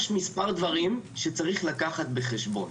יש מספר דברים שצריך לקחת בחשבון: